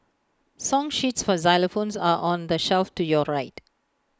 song sheets for xylophones are on the shelf to your right